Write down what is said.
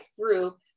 group